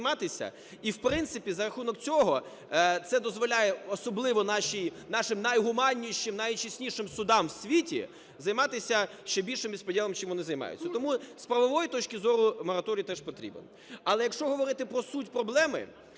І, в принципі, за рахунок цього це дозволяє особливо нашим найгуманнішим, найчеснішим судам у світі займатися ще більшим безпрєдєлом, чим вони займаються. Тому з правової точки зору мораторій теж потрібен. Але якщо говорити про суть проблеми,